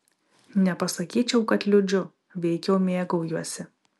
nepasakyčiau kad liūdžiu veikiau mėgaujuosi